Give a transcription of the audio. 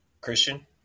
Christian